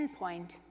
endpoint